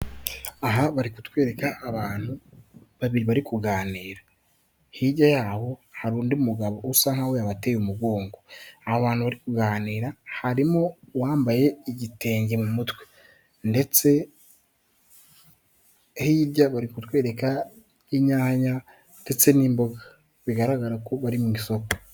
Aha bari kutwereka abantu babiri bari kuganira, hirya y'aho hari undi mugabo usa nk'aho yabateye umugongo, abantu bari kuganira harimo uwambaye igitenge mu mutwe ndetse hibya bari kutwereka inyanya ndetse n'imboga bigaragara ko bari mu isoko.